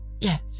Yes